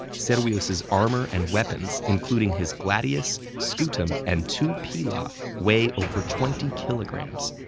servius's armor and weapons, including his gladius, scutum, and two pila, weigh over twenty kilograms.